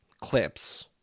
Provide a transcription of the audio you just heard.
clips –